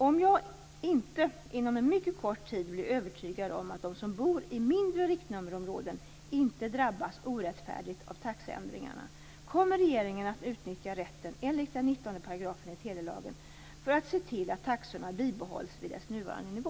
Om jag inte inom en mycket kort tid blir övertygad om att de som bor i mindre riktnummerområden inte drabbas orättfärdigt av taxeändringarna, kommer regeringen att utnyttja rätten enligt 19 § i telelagen för att se till att taxorna bibehålls vid dess nuvarande nivå.